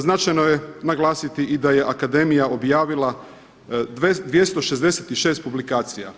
Značajno je naglasiti i da je akademija objavila 266 publikacija.